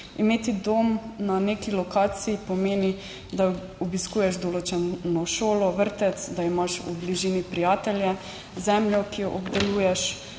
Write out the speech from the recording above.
Imeti dom na neki lokaciji pomeni, da obiskuješ določeno šolo, vrtec, da imaš v bližini prijatelje, zemljo, ki jo obdeluješ,